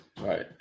Right